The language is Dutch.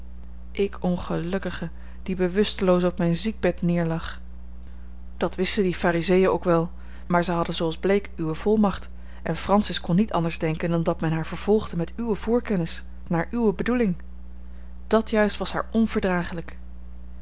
ik ongelukkige die bewusteloos op mijn ziekbed neerlag dat wisten die farizeën ook wel maar zij hadden zooals bleek uwe volmacht en francis kon niet anders denken dan dat men haar vervolgde met uwe voorkennis naar uwe bedoeling dat juist was haar